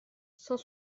cent